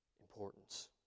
importance